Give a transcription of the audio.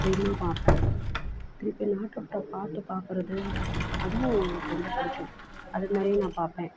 ட்ரீமாக பார்ப்பேன் திருப்பி நாட்டுப்புறப் பாட்டு பார்க்குறது அதுவும் எனக்கு ரொம்ப பிடிக்கும் அது மாரியும் நான் பார்ப்பேன்